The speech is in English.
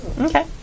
Okay